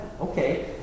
Okay